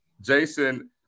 Jason